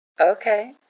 Okay